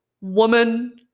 woman